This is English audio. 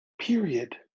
period